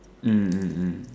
mm mm mm